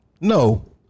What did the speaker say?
No